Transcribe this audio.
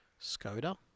Skoda